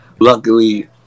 Luckily